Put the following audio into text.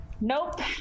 Nope